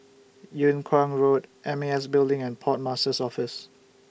Yung Kuang Road M A S Building and Port Master's Office